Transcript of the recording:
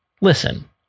listen